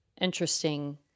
Interesting